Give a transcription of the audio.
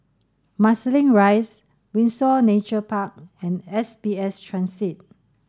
Marsiling Rise Windsor Nature Park and S B S Transit